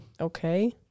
Okay